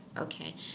Okay